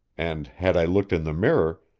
and, had i looked in the mirror,